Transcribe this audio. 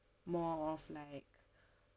more of like